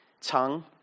tongue